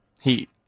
Heat